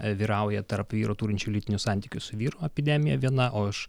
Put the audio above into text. vyrauja tarp vyrų turinčių lytinių santykių su vyru epidemija viena o iš